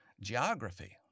Geography